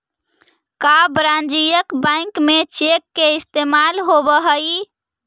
का वाणिज्य बैंक में चेक के इस्तेमाल होब हई?